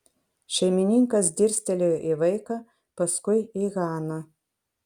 šeimininkas dirstelėjo į vaiką paskui į haną